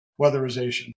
weatherization